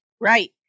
Right